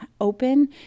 open